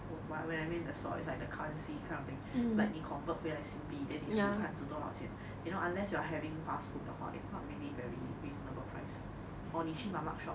what when I meant the swap as in like the currency kind of thing like 你 convert 回来新币 then 你数看多少钱 you know unless you are having fast food 的话 is not really very reasonable price or 你去妈妈 shop